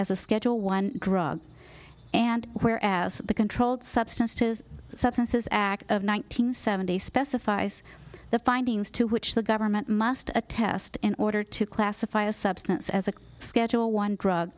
as a schedule one drug and where as the controlled substances substances act of one nine hundred seventy specifies the findings to which the government must attest in order to classify a substance as a schedule one drug